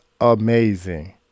amazing